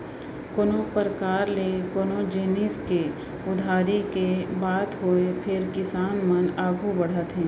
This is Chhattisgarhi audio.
कोनों परकार ले कोनो जिनिस के उधारी के बात होय फेर किसान मन आघू बढ़त हे